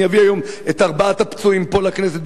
ואני אביא היום את ארבעת הפצועים פה לכנסת